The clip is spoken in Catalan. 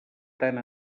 tant